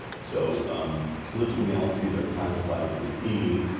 so um elliptical galaxies are classified with the e,